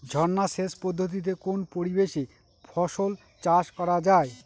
ঝর্না সেচ পদ্ধতিতে কোন পরিবেশে ফসল চাষ করা যায়?